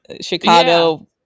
Chicago